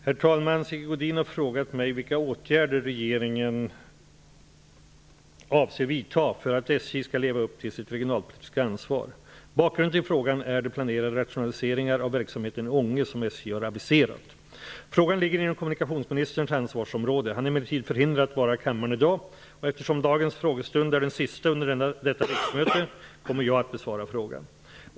Herr talman! Sigge Godin har frågat mig vilka åtgärder regeringen avser vidta för att SJ skall leva upp till sitt regionalpolitiska ansvar. Bakgrunden till frågan är de planerade rationaliseringar av verksamheten i Ånge som SJ har aviserat. Frågan ligger inom kommunikationsministerns ansvarsområde. Han är emellertid förhindrad att vara i kammaren i dag, och eftersom dagens frågestund är den sista under detta riksmöte, kommer jag att besvara frågan.